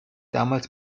damals